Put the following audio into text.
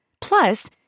Plus